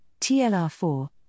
TLR4